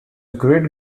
great